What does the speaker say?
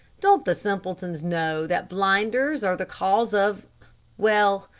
don't the simpletons know that blinders are the cause of well,